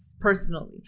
personally